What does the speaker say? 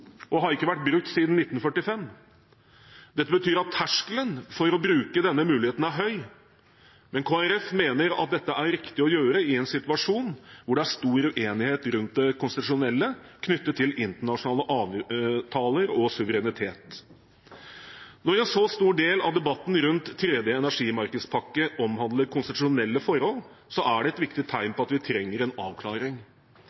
og har ikke vært brukt siden 1945. Dette betyr at terskelen for å bruke denne muligheten er høy, men Kristelig Folkeparti mener at dette er riktig å gjøre i en situasjon hvor det er stor uenighet rundt det konstitusjonelle knyttet til internasjonale avtaler og suverenitet. Når en så stor del av debatten rundt tredje energimarkedspakke omhandler konstitusjonelle forhold, er det et viktig